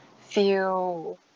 feel